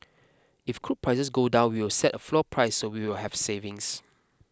if crude prices go down we will set a floor price so we will have savings